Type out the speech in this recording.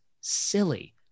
silly